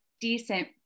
decent